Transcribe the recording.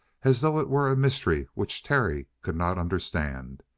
as though it were a mystery which terry could not understand.